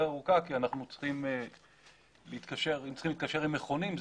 ארוכה כי אנחנו צריכים להתקשר עם מכונים,